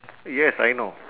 yes I know